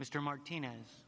mr martinez